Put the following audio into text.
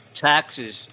taxes